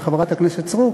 של חברת הכנסת סטרוק